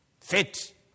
Fit